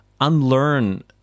unlearn